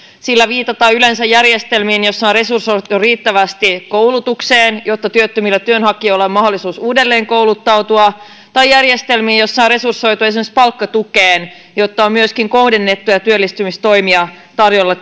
sillä viitataan yleensä järjestelmiin joissa on resursoitu riittävästi koulutukseen jotta työttömillä työnhakijoilla on mahdollisuus uudelleenkouluttautua tai järjestelmiin joissa on resursoitu esimerkiksi palkkatukeen jotta on myöskin kohdennettuja työllistymistoimia tarjolla